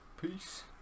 Peace